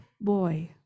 boy